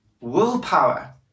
willpower